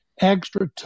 extra